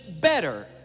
better